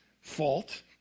fault